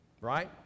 right